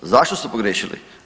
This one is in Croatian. Zašto su pogriješili?